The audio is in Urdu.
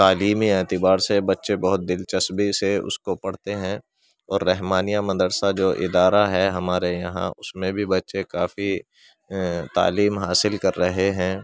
تعلیمی اعتبار سے بچے بہت دلچسپی سے اس کو پڑھتے ہیں اور رحمانیہ مدرسہ جو ادارہ ہے ہمارے یہاں اس میں بھی بچّے کافی تعلیم حاصل کر رہے ہیں